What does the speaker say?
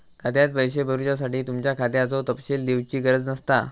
खात्यात पैशे भरुच्यासाठी तुमच्या खात्याचो तपशील दिवची गरज नसता